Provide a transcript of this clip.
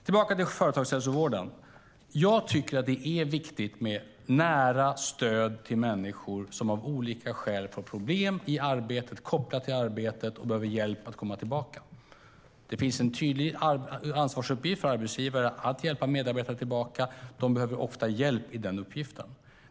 Tillbaka till företagshälsovården. Jag tycker att det är viktigt med nära stöd till människor som av olika skäl får problem i arbetet, kopplat till arbetet, och behöver hjälp att komma tillbaka. Det finns en tydlig ansvarsuppgift för arbetsgivare att hjälpa medarbetare tillbaka. De behöver ofta hjälp i den uppgiften.